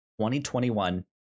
2021